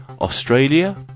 Australia